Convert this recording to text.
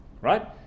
Right